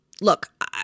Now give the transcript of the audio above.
look